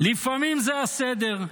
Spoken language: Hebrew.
לפעמים זה הסדר.